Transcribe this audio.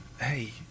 Hey